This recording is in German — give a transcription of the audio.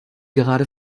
gerade